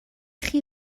chi